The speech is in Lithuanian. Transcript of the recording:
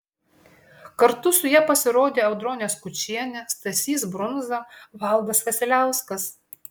kartu su ja pasirodė audronė skučienė stasys brundza valdas vasiliauskas